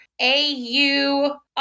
AU